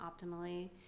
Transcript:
optimally